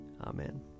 Amen